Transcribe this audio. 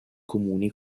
comuni